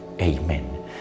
Amen